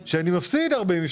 ו-22'